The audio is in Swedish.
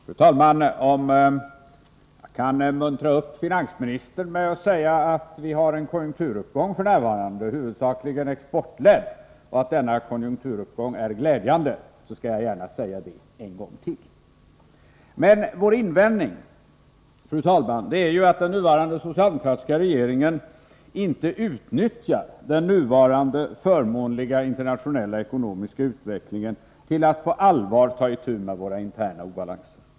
Fru talman! Om jag kan muntra upp finansministern med att säga att vi f.n. har en konjunkturuppgång, huvudsakligen exportledd, och att denna konjunkturuppgång är glädjande, skall jag gärna säga detta en gång till. Vår invändning mot den socialdemokratiska regeringen är emellertid att den inte utnyttjar den nuvarande förmånliga internationella ekonomiska utvecklingen till att på allvar ta itu med våra interna obalanser.